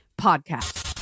Podcast